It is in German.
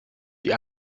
die